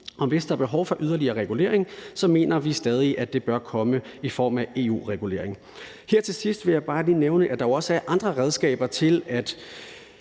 EU. Hvis der er behov for yderligere regulering, mener vi stadig at det bør komme i form af EU-regulering. Her til sidst vil jeg bare lige nævne, at der jo også er andre redskaber til at